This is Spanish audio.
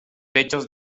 techos